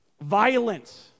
violence